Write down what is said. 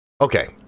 Okay